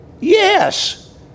Yes